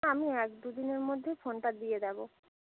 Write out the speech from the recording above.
না আমি এক দু দিনের মধ্যেই ফোনটা দিয়ে দেবো